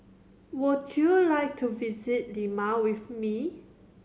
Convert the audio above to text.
would you like to visit Lima with me